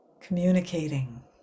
communicating